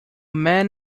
man